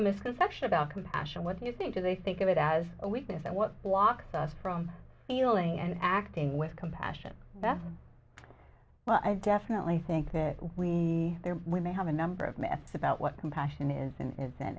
a misconception about compassion what do you think do they think of it as a weakness and what blocks us from healing and acting with compassion that well i definitely think that we there we may have a number of myths about what compassion is